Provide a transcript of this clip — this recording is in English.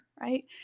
right